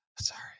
Sorry